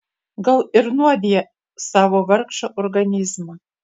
gal ir nuodija savo vargšą organizmą